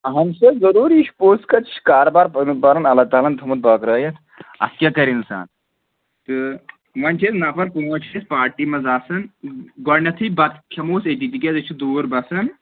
اہَن سا ضروٗری یہِ چھِ پوٚز کَتھ چھِ کاربار پںُن پنُن اللہ تعالٰی ہَن تھوٚمُت بٲگرٲیِتھ اَتھ کیٛاہ کَرِ اِنسان تہٕ وۄنۍ چھِ أسۍ نَفَر پانٛژھ شےٚ پارٹی منٛز آسان گۄڈنٮ۪تھٕے بَتہٕ کھیٚمو أسۍ أتی تِکیٛازِ أسۍ چھِ دوٗر بَسان